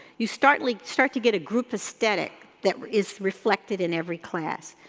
you start like start to get a group aesthetic that is reflected in every class.